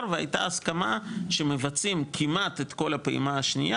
והייתה הסכמה שמבצעים כמעט את כל הפעימה השנייה,